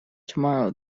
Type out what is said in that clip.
tomorrow